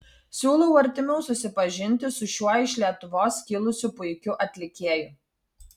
siūlau artimiau susipažinti su šiuo iš lietuvos kilusiu puikiu atlikėju